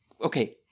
Okay